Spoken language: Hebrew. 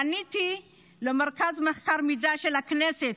פניתי למרכז המחקר והמידע של הכנסת.